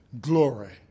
glory